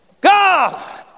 God